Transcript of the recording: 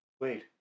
Wait